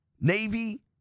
Navy